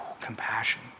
compassion